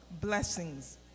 blessings